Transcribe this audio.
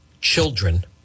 children